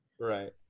Right